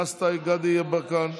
דסטה גדי יברקן,